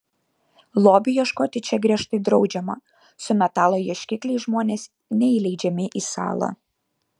lobių ieškoti čia griežtai draudžiama su metalo ieškikliais žmonės neįleidžiami į salą